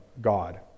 God